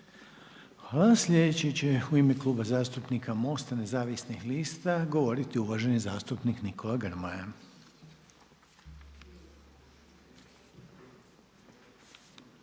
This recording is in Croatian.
Slijedeći će u ime kluba zastupnika MOST-a nezavisnih lista govoriti uvaženi zastupnik Nikola Grmoja.